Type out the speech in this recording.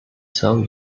saw